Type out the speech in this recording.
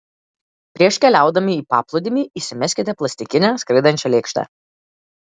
prieš keliaudami į paplūdimį įsimeskite plastikinę skraidančią lėkštę